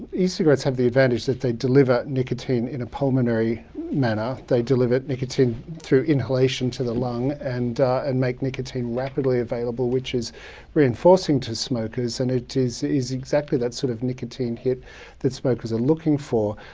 e-cigarettes have the advantage that they deliver nicotine in a pulmonary manner. they deliver nicotine through inhalation to the lung and and make nicotine rapidly available, which is reinforcing to smokers. and it is is exactly that sort of nicotine hit that smokers are looking for,